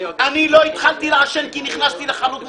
לא התחלתי לעשן כי נכנסתי לחנות משקאות.